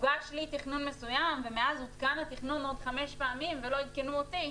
הוגש לי תכנון מסוים ומאז עודכן התכנון עוד חמש פעמים ולא עדכנו אותי,